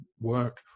work